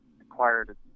acquired